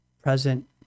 present